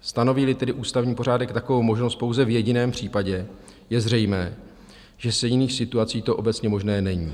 Stanovíli tedy ústavní pořádek takovou možnost pouze v jediném případě, je zřejmé, že za jiných situací to obecně možné není.